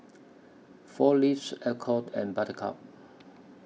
four Leaves Alcott and Buttercup